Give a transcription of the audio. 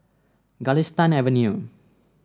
Galistan Avenue